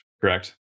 correct